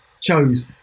chose